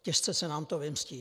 Těžce se nám to vymstí.